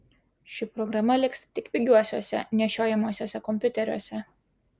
ši programa liks tik pigiuosiuose nešiojamuosiuose kompiuteriuose